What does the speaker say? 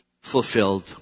fulfilled